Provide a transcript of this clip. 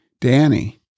Danny